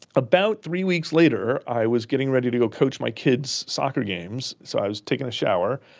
about three weeks later i was getting ready to go coach my kids' soccer games, so i was taking a shower,